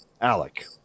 Alec